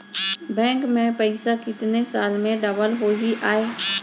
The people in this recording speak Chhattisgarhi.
बैंक में पइसा कितने साल में डबल होही आय?